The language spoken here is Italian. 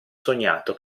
sognato